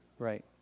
Right